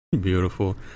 Beautiful